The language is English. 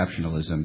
exceptionalism